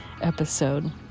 episode